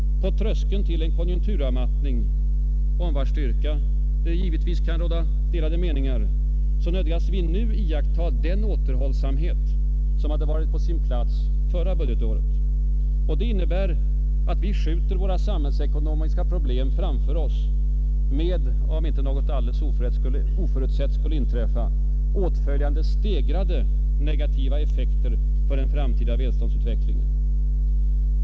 På tröskeln till en konjunkturavmattning, om vars styrka det givetvis kan råda delade meningar, nödgas vi nu iaktta den återhållsamhet som hade varit på sin plats förra budgetåret. Det innebär att vi skjuter våra samhällsekonomiska problem framför oss med — om inte något alldeles oförutsett skulle inträffa — åtföljande stegrade negativa effekter på den framtida välståndsutvecklingen.